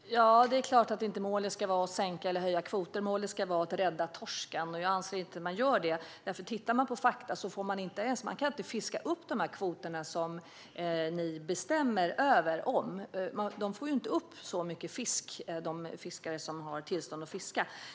Fru talman! Det är klart att målet inte ska vara att sänka eller höja kvoter. Målet ska vara att rädda torsken. Jag anser inte att man gör det. Faktum är att man inte ens kan fiska upp de kvoter som ni bestämmer om. De fiskare som har tillstånd att fiska får inte upp så mycket fisk.